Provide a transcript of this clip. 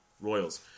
Royals